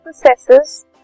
processes